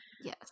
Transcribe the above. Yes